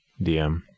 DM